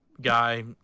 Guy